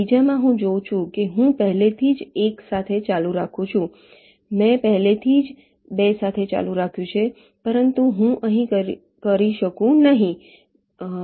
બીજામાં હું જોઉં છું કે હું પહેલેથી જ 1 સાથે ચાલુ રાખું છું મેં પહેલેથી જ 2 સાથે ચાલુ રાખ્યું છે પરંતુ હું અહીં કરી શકું નહીં